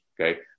Okay